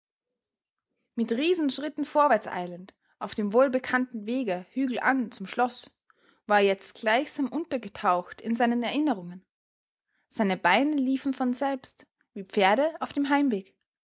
mit riesenschritten vorwärts eilend auf dem wohlbekannten wege hügelan zum schloß war er jetzt gleichsam untergetaucht in seinen erinnerungen seine beine liefen von selbst wie pferde auf dem heimweg